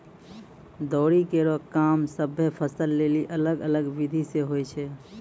दौरी केरो काम सभ्भे फसल लेलि अलग अलग बिधि सें होय छै?